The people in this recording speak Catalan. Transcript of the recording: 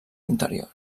interior